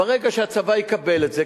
ברגע שהצבא יקבל את זה,